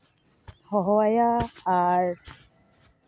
ᱦᱚᱦᱚ ᱟᱭᱟ ᱟᱨ